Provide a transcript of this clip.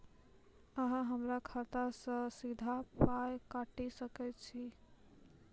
अहॉ हमरा खाता सअ सीधा पाय काटि सकैत छी?